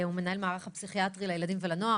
הוא מנהל המערך הפסיכיאטרי לילדים ולנוער.